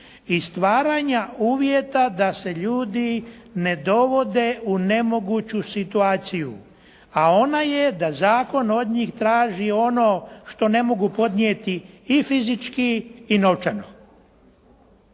i stvaranja uvjeta d se ljudi ne dovode u nemoguću situaciju, a ona je da zakon od njih traži ono što ne mogu podnijeti i fizički i novčano.